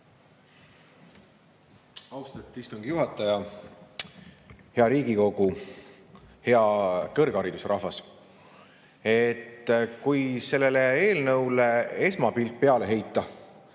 Austet istungi juhataja! Hea Riigikogu! Hea kõrgharidusrahvas! Kui sellele eelnõule esmapilk heita,